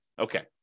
Okay